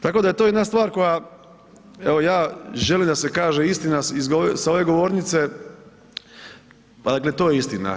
Tako da je to jedna stvar koja evo ja želim da se kaže istina s ove govornice, dakle to je istina.